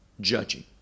judging